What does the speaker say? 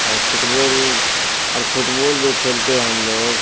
اور football اور football جو کھیلتے ہیں ہم لوگ